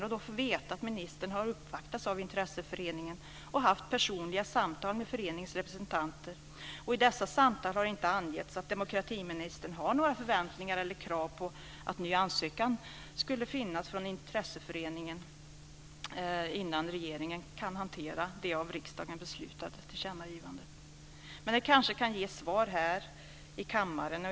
Jag har då fått veta att ministern har uppvaktats av intresseföreningen. Hon har haft personliga samtal med föreningens representanter. I dessa samtal har inte angetts att demokratiministern har några förväntningar eller krav på att ny ansökan skulle göras från intresseföreningen innan regeringen kan hantera det av riksdagen beslutade tillkännagivandet. Ministern kan kanske ge svar här i kammaren.